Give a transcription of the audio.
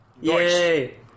Yay